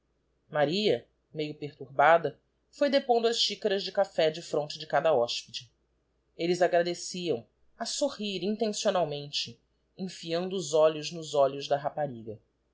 maria meio perturbada foi depondo as chicaras de café defronte de cada hospede elles agradeciam a sorrir intencionalmente enfiando os olhos nos olhos da rapariga